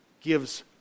gives